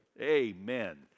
Amen